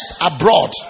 abroad